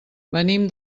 venim